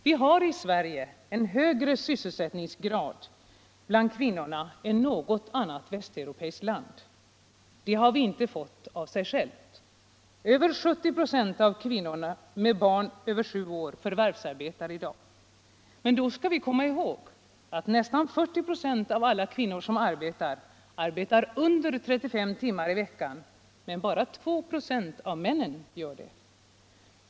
Vi har i Sverige en högre sysselsättningsgrad bland kvinnorna än man har i 'något annat västeuropeiskt land. Det har inte blivit.så av sig självt. Över 70 2 av kvinnorna med barn över sju år förvärvsarbetar i dag. Men då skall vi komma ihåg att nästan 40 26 av alla förvärvsarbetande kvinnor arbetar under 35 timmar i veckan, medan bara 2 26 av männen gör det.